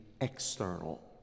external